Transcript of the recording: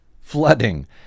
flooding